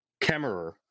Kemmerer